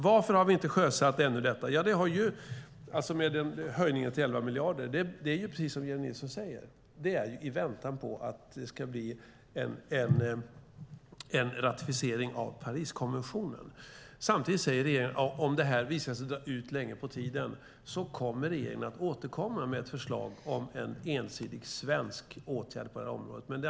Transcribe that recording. Varför har vi ännu inte sjösatt höjningen till 11 miljarder kronor? Ja, det är precis som Jennie Nilsson säger: Det är så här i väntan på en ratificering av Pariskonventionen. Regeringen säger samtidigt: Om det här visar sig dra ut på tiden kommer regeringen att återkomma med ett förslag om en ensidig svensk åtgärd på området.